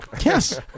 Yes